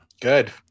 Good